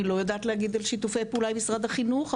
אני לא יודעת להגיד על שיתופי פעולה עם משרד החינוך,